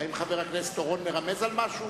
האם חבר הכנסת אורון מרמז על משהו?